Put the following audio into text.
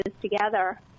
together